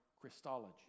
Christology